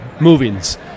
movings